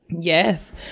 Yes